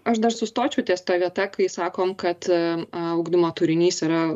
aš dar sustočiau ties ta vieta kai sakom kad ugdymo turinys yra